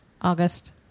August